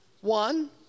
one